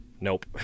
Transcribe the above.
Nope